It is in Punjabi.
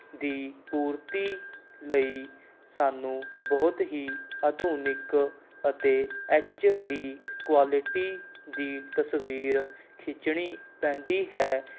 ਦੀ ਪੂਰਤੀ ਲਈ ਸਾਨੂੰ ਬਹੁਤ ਹੀ ਆਧੁਨਿਕ ਅਤੇ ਐੱਚ ਡੀ ਕੁਆਲਿਟੀ ਦੀ ਤਸਵੀਰ ਖਿੱਚਣੀ ਪੈਂਦੀ ਹੈ